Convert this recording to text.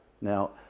now